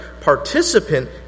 participant